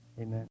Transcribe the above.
amen